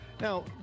Now